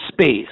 space